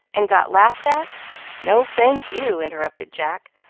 and got laughed at no, thank you, interrupted jack,